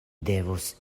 devos